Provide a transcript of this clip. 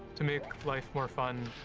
to make life more fun,